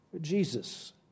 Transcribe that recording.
Jesus